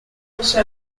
also